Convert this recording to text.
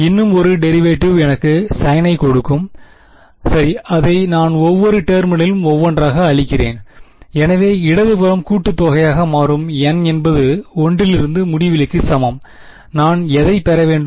இன்னும் ஒரு டெரிவேட்டிவ் எனக்கு சைன் ஐ கொடுக்கும் சரி அதை நான் ஒவ்வொரு டெர்மிலும் ஒன்றொன்றாக அளிக்கிறேன் எனவே இடது புறம் கூட்டுத்தொகையாக மாறும் n என்பது ஒன்றிலிருந்து முடிவிலிக்கு சமம் நான் எதைப் பெற வேண்டும்